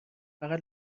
فقط